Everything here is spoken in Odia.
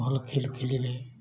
ଭଲ ଖେଳ ଖେଳିଲେ